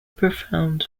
profound